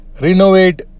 Renovate